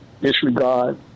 disregard